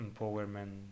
empowerment